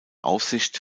aufsicht